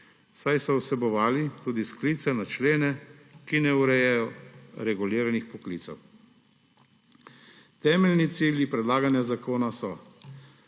saj so vsebovali tudi sklice na člene, ki ne urejajo reguliranih poklicev. Temeljni cilji predlaganega zakona so